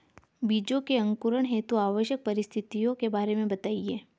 बीजों के अंकुरण हेतु आवश्यक परिस्थितियों के बारे में बताइए